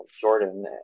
Jordan